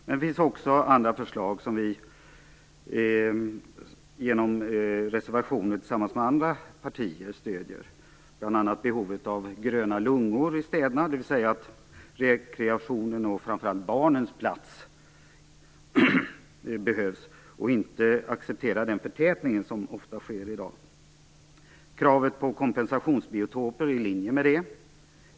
Men det finns också andra förslag som vi genom reservationer tillsammans med andra partier stöder, bl.a. behovet av "gröna lungor" i städerna, dvs. att det behövs plats för rekreation och framför allt för barn och att vi inte accepterar den förtätning som i dag ofta sker. Kravet på kompensationsbiotoper är i linje med det.